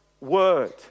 word